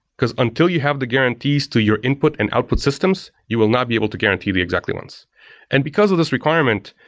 because until you have the guarantees to your input and output systems, you will not be able to guarantee the exactly-once. and because of this requirement,